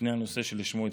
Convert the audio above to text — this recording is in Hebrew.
לפני הנושא שלשמו התכנסנו.